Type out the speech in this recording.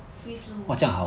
free flow